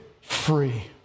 free